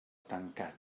tancat